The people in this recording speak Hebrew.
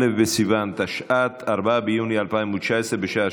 א' בסיוון תשע"ט, 4 ביוני 2019, בשעה